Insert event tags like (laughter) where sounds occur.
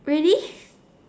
really (breath)